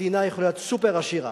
מדינה יכולה להיות סופר עשירה,